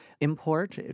import